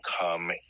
come